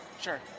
Sure